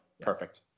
perfect